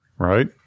Right